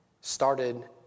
started